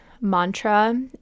mantra